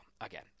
again